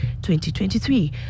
2023